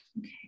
Okay